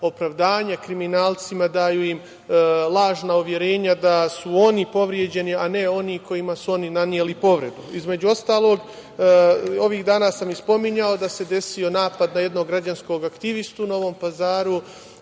opravdanje kriminalcima, daju im lažna overenja da su oni povređeni, a ne oni kojima su oni naneli povredu. Između ostalog, ovih dana sam i spominjao da se desio napad na jednog građanskog aktivistu u Novom Pazaru,